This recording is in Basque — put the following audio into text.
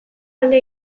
alde